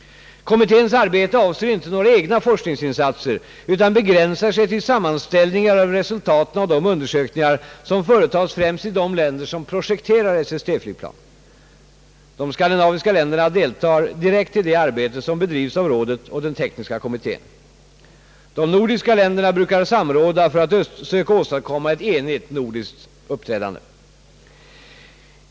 Kommitténs arbete avser inte några egna forskningsinsatser utan begränsar sig till sammanställningar av resultaten av de undersökningar som företas främst i de länder som projekterar SST-flygplan. De skandinaviska länderna deltar direkt i det arbete som bedrivs av rådet och den tekniska kommittén. De nordiska länderna brukar samråda för att söka åstadkomma ett enigt nordiskt uppträdande.